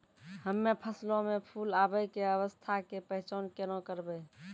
हम्मे फसलो मे फूल आबै के अवस्था के पहचान केना करबै?